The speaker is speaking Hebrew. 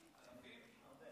אלפים.